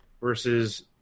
versus